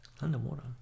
Underwater